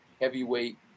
Heavyweight